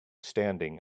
standing